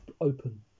open